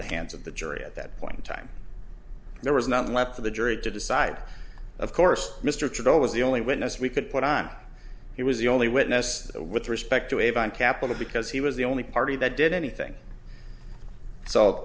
the hands of the jury at that point in time there was nothing left for the jury to decide of course mr churchill was the only witness we could put on he was the only witness with respect to abe on capital because he was the only party that did anything so